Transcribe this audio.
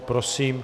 Prosím.